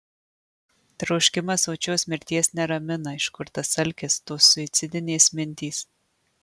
troškimas sočios mirties neramina iš kur tas alkis tos suicidinės mintys